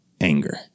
anger